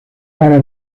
para